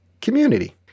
community